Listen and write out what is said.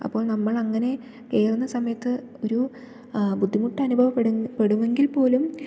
അപ്പോൾ നമ്മൾ അങ്ങനെ കയറുന്ന സമയത്ത് ഒരു ബുദ്ധിമുട്ട് അനുഭവപ്പെ പ്പെടുമെങ്കിൽ പോലും